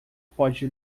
pode